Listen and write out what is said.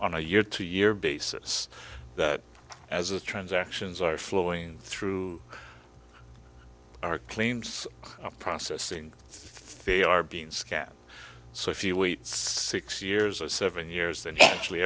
on a year to year basis that as a transactions are flowing through our claims processing fee are being scanned so if you wait six years or seven years and actually